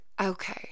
Okay